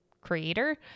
creator